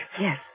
Yes